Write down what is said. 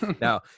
Now